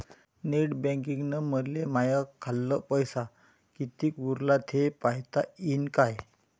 Net बँकिंगनं मले माह्या खाल्ल पैसा कितीक उरला थे पायता यीन काय?